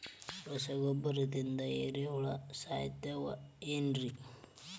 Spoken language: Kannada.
ರಸಗೊಬ್ಬರದಿಂದ ಏರಿಹುಳ ಸಾಯತಾವ್ ಏನ್ರಿ?